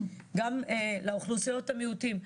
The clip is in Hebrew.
גם לאוכלוסיות המיעוטים.